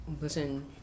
Listen